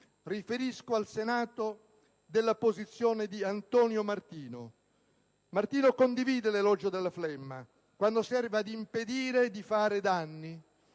Riferisco al Senato della posizione di Antonio Martino, che condivide l'elogio della flemma, quando serve ad «impedire di fare danni».